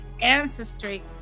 ancestry